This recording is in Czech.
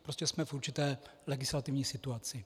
Prostě jsme v určité legislativní situaci.